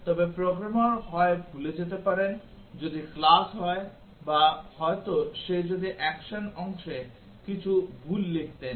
তবে প্রোগ্রামার হয় ভুলে যেতে পারেন যদি ক্লাস হয় বা হয়ত সে যদি অ্যাকশন অংশে কিছু ভুল লিখতেন